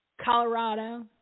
Colorado